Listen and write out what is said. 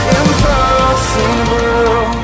impossible